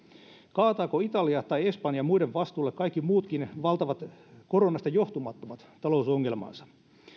kaataako italia tai espanjan muiden vastuulle kaikki muutkin valtavat koronasta johtumattomat talousongelmansa